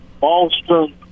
Boston